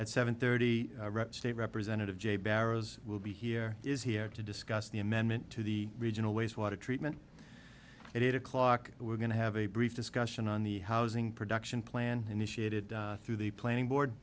at seven thirty rep state representative jay barrows will be here is here to discuss the amendment to the regional wastewater treatment at eight o'clock we're going to have a brief discussion on the housing production plan initiated through the planning board